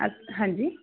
ਅ ਹਾਂਜੀ